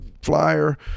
flyer